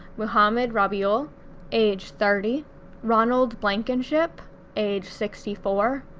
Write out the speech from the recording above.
muhammad rabiul age thirty ronald blankenship age sixty four,